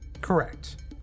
Correct